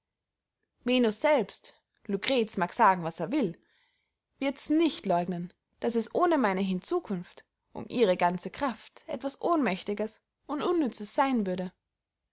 venus selbst lucrez mag sagen was er will wirds nicht leugnen daß es ohne meine hinzukunft um ihre ganze kraft etwas ohnmächtiges und unnützes seyn würde